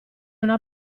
una